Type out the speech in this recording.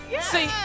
See